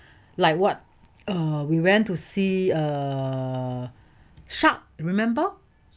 like what err we went to see err shark remember